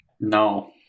No